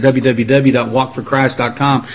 www.walkforchrist.com